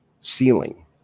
ceiling